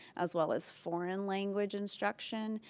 as well as foreign language instruction,